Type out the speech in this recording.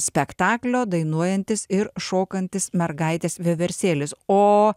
spektaklio dainuojantis ir šokantis mergaitės vieversėlis o